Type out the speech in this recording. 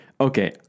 Okay